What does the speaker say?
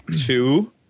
Two